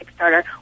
Kickstarter